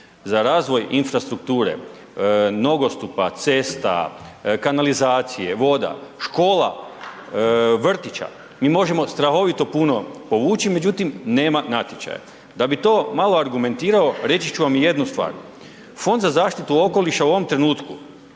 Za razvoj infrastrukture, nogostupa, cesta, kanalizacije, voda, škola, vrtića mi možemo strahovito punu povući, međutim nema natječaja. Da bi to malo argumentirao reći ću vam jednu stvar, Fond za zaštitu okoliša u ovom trenutku